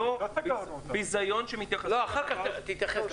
אתה יודע לעדכן אותנו?